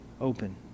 open